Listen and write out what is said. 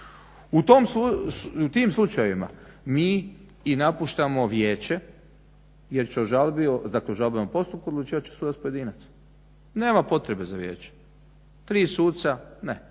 U tim slučajevima mi i napuštamo vijeće, dakle o žalbenom postupku odlučivat će sudac pojedinac. Nema potrebe za vijeće. Tri suca, ne.